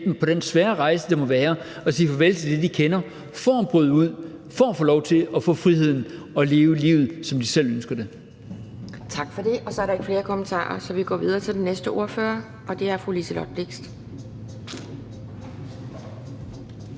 dem på den svære rejse, det må være at sige farvel til det, de kender, for at bryde ud og for at få lov til at få friheden og leve livet, som de selv ønsker det. Kl. 14:42 Anden næstformand (Pia Kjærsgaard): Tak for det. Der er ikke flere kommentarer, så vi går videre til den næste ordfører, og det er fru Liselott Blixt.